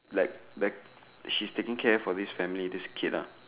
like back she's taking care for this family this kid lah